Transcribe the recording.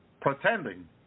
Pretending